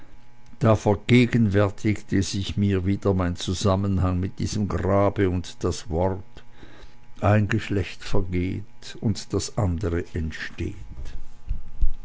da vergegenwärtigte sich mir wieder mein zusammenhang mit diesem grabe und das wort ein geschlecht vergeht und das andere entsteht